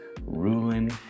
ruling